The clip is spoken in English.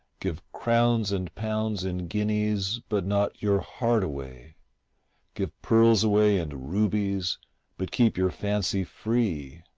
give crowns and pounds and guineas but not your heart away give pearls away and rubies but keep your fancy free.